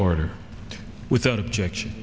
order without objection